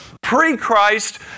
pre-Christ